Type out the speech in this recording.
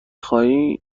خواهی